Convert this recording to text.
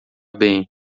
bem